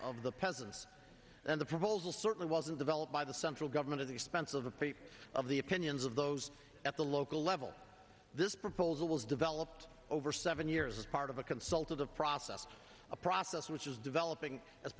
of the peasants and the proposals certainly wasn't developed by the central government of the expense of the fate of the opinions of those at the local level this proposal was developed over seven years as part of a consultative process a process which is developing as